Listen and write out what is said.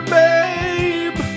babe